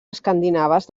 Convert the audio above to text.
escandinaves